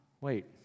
wait